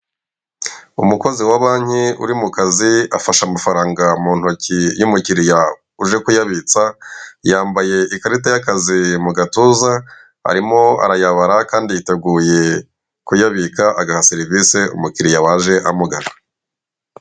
Umukozi wa banki uri mu kazi afashe amafaranga mu ntoki y'umukiriya uje kuyabitsa, yambaye ikarita y'akazi mu gatuza arimo arayabara kandi yiteguye kuyabika agaha serivise umukiriya waje amugana.